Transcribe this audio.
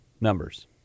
numbers